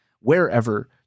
wherever